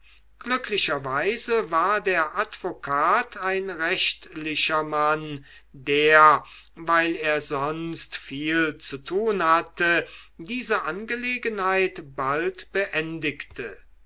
glücklicherweise war der advokat ein rechtlicher mann der weil er sonst viel zu tun hatte diese angelegenheit bald beendigte